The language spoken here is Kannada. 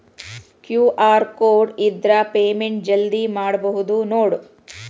ಕ್ಯೂ.ಆರ್ ಕೋಡ್ ಇದ್ರ ಪೇಮೆಂಟ್ ಜಲ್ದಿ ಮಾಡಬಹುದು ನೋಡ್